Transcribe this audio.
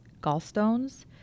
gallstones